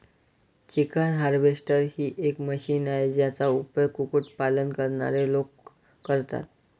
chicken harvester ही एक machine आहे, ज्याचा उपयोग कुक्कुट पालन करणारे लोक करतात